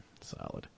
Solid